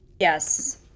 Yes